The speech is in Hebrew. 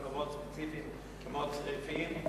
מקומות ספציפיים כמו צריפין?